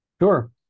Sure